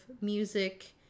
music